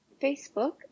facebook